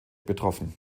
betroffen